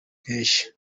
mpeshyi